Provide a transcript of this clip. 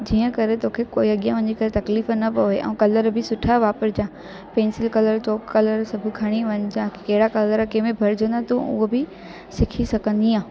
जीअं करे तोखे कोई अॻियां वञी करे तकलीफ़ न पए ऐं कलर बि सुठा वापिरिजे पेंसिल कलर चौक कलर सभ खणी वञिजे कि कहिड़ा कलर कंहिंमें भरिजंदा तूं उहो बि सिखी सघंदी आहे